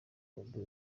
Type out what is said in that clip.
bombi